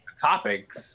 topics